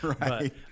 right